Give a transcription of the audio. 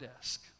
desk